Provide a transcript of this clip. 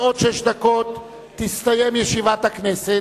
בעוד שש דקות תסתיים ישיבת הכנסת,